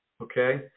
okay